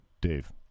Dave